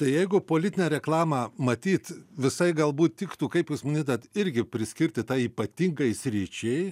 tai jeigu politinę reklamą matyt visai galbūt tiktų kaip jūs manytumėt irgi priskirti tai ypatingai sričiai